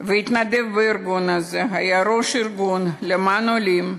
והתנדב בארגון הזה, היה ראש ארגון למען עולים,